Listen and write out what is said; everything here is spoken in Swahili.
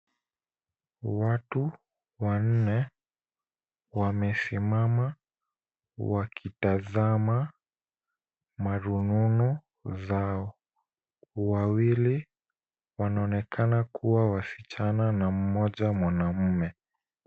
Watu wanne wamesimama wakitazama marununu zao. Wawili wanaonekana kuwa wasichana na mmoja mwanamume.